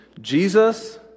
Jesus